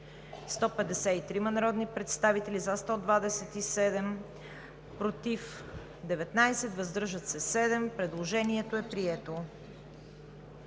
153 народни представители: за 127, против 19, въздържали се 7. Предложението е прието.